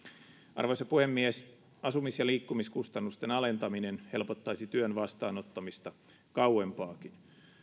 arvoisa puhemies asumis ja liikkumiskustannusten alentaminen helpottaisi työn vastaanottamista kauempaakin